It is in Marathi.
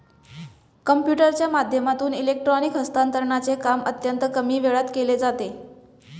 कम्प्युटरच्या माध्यमातून इलेक्ट्रॉनिक हस्तांतरणचे काम अत्यंत कमी वेळात केले जाते